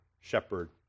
shepherd